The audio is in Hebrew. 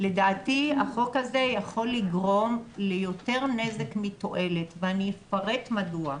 החוק הזה יכול לגרום ליותר נזק מתועלת ואני אומר מדוע.